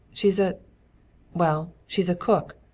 she's a well, she's a cook.